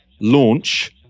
Launch